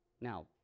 Now